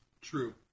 True